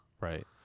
right